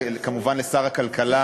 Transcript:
וכמובן לשר הכלכלה,